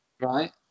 Right